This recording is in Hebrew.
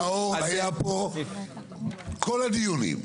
נאור היה פה כל הדיונים,